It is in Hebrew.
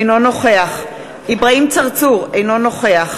אינו נוכח אברהים צרצור, אינו נוכח